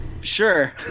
sure